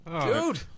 Dude